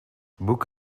book